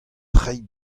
treiñ